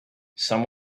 some